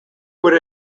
would